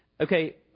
okay